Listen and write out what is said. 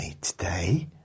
today